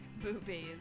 boobies